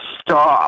stop